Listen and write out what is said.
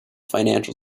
financial